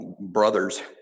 brothers